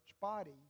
body